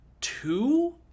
two